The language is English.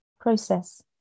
process